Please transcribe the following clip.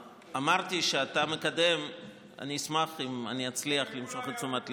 אני אשמח אם אני אצליח למשוך את תשומת ליבך.